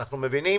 אנו מבינים